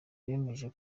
bemeje